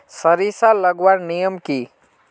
सरिसा लगवार नियम की?